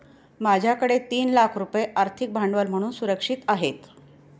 माझ्याकडे तीन लाख रुपये आर्थिक भांडवल म्हणून सुरक्षित आहेत